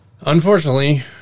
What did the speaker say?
unfortunately